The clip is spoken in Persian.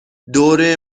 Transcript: دوره